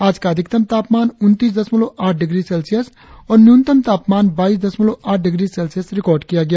आज का अधिकतम तापमान उनतीस दशमलव आठ डिग्री सेल्सियस और न्यूनतम तापमान बाईस दशमलव आठ डिग्री सेल्सियस रिकार्ड किया गया